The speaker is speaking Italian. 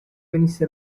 venisse